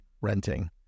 renting